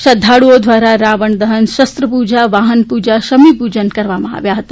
શ્રદ્ધાળુઓ દ્વારા રાવણ દહન શસ્ત્રપૂજા વાહન પૂજન શમીપૂજન કરવામાં આવ્યા હતા